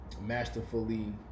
masterfully